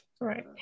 Right